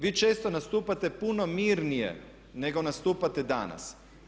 Vi često nastupate puno mirnije nego nastupate danas.